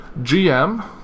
GM